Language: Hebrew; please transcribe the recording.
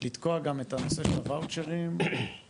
לתקוע גם את הנושא של הואוצ'רים זה,